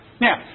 Now